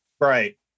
Right